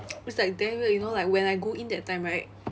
it's like damn weird you know like when I go in that time right